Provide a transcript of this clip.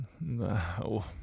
No